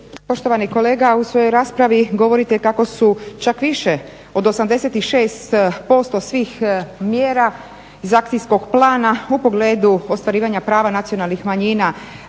Poštovani kolega u svojoj raspravi govorite kako su čak više od 86% svih mjera iz akcijskog plana u pogledu ostvarivanja prava nacionalnih manjina